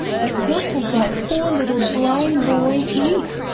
but what does that poor little blind boy eat?